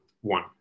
One